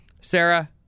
Sarah